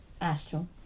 astral